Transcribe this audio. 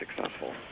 successful